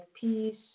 peace